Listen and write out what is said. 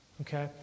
Okay